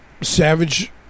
savage